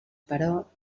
però